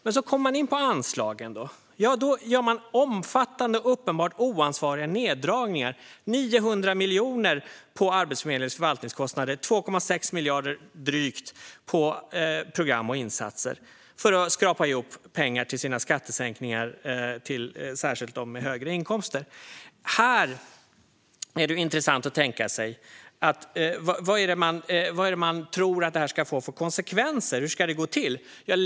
När man kommer in på anslagen gör man omfattande, uppenbart oansvariga neddragningar: 900 miljoner på Arbetsförmedlingens förvaltningskostnader och drygt 2,6 miljarder på program och insatser - detta för att skrapa ihop pengar till sina skattesänkningar, särskilt för dem med högre inkomster. Här är det intressant att tänka sig vad man tror att detta ska få för konsekvenser. Hur ska det gå till?